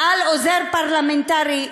על עוזר פרלמנטרי,